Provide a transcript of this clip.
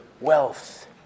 wealth